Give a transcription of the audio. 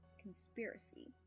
conspiracy